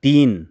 तिन